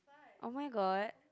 [oh]-my-god